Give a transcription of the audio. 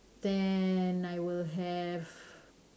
then I will have